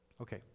Okay